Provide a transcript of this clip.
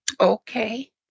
Okay